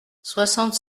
soixante